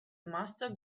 master